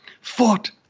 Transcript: fought